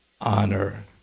honor